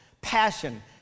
Passion